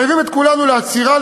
מחייבים את כולנו לעצירה,